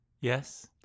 Yes